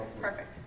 Perfect